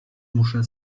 muszę